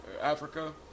Africa